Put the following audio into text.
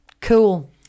Cool